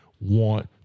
want